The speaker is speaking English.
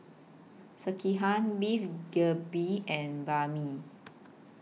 Sekihan Beef Galbi and Banh MI